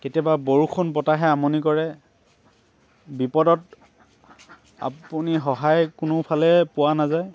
কেতিয়াবা বৰষুণ বতাহে আমনি কৰে বিপদত আপুনি সহায় কোনোফালে পোৱা নাযায়